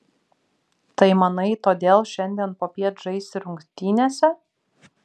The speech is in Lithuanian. tai manai todėl šiandien popiet žaisi rungtynėse